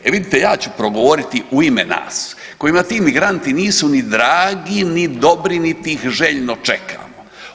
E vidite ja ću progovoriti u ime nas kojima ti migranti nisu ni dragi, ni dobri, niti ih željno čekamo.